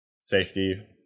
safety